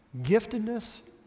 giftedness